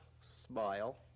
smile